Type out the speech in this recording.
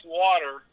water